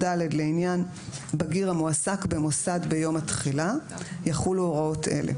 "(ד) לעניין בגיר המועסק במוסד ביום התחילה יחולו הוראות אלה: